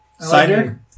Cider